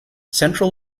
central